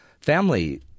family